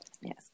yes